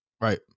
Right